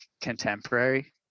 contemporary